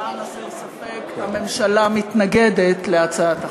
למען הסר ספק, הממשלה מתנגדת להצעת החוק.